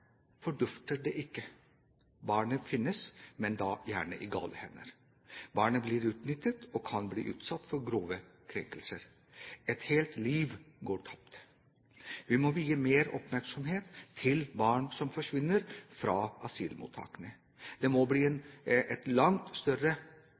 fordufter det ikke. Barnet finnes, men har da gjerne kommet i gale hender. Barnet blir utnyttet og kan bli utsatt for grove krenkelser. Et helt liv går tapt. Vi må vie mer oppmerksomhet til barn som forsvinner fra asylmottakene. Det må bli en